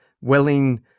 willing